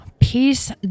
peace